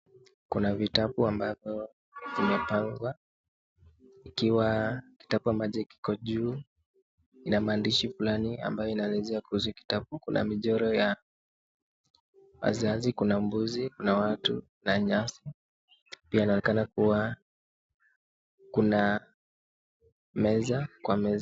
Kuna vitabu ambavyo zimepangwa, ikiwa kitabu ambacho kiko juu kina maandishi fulani ambayo inaelezea kuhusu kitabu. Kuna michoro ya wazazi, kuna mbuzi, kuna watu na nyasi, pia inaonekana kuwa kuna meza, kwa meza.